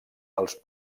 els